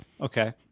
Okay